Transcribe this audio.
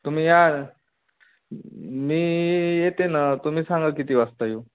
तुम्ही या मी येते न तुम्ही सांगा किती वाजता येऊ